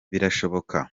birashoboka